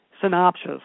synopsis